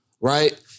right